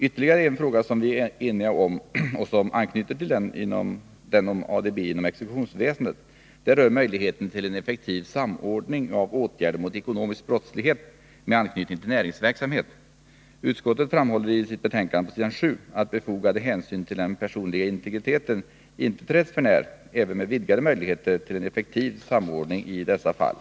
Ytterligare en fråga som vi är eniga om och som anknyter till den om ADB inom exekutionsväsendet rör möjligheterna till effektiv samordning av åtgärder mot ekonomisk brottslighet med anknytning till näringsverksamhet. Utskottet framhåller på s. 9 i sitt betänkande att ”befogade hänsyn till den personliga integriteten inte träds för när även med vidgade möjligheter till effektiv samordning” i dessa fall.